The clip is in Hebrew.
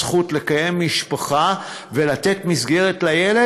הזכות לקיים משפחה ולתת מסגרת לילד,